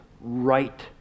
right